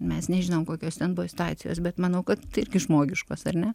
mes nežinom kokios ten buvo situacijos bet manau kad irgi žmogiškos ar ne